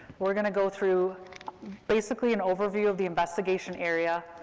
we're going to go through basically an overview of the investigation area.